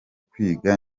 kwiga